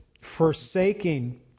forsaking